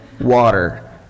water